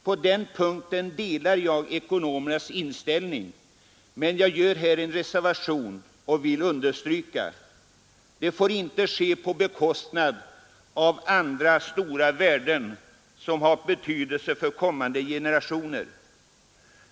På den punkten delar jag ekonomernas inställning, men jag gör en reservation och vill understryka att det inte får ske på bekostnad av andra stora värden som har betydelse för kommande generationer.